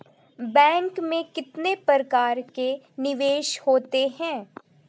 Bank में कितने प्रकार के निवेश होते हैं?